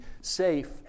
safe